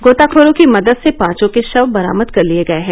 गोताखोरों की मदद से पांचों के शव बरामद कर लिए गए हैं